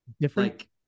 different